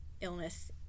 illness